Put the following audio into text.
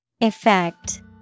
Effect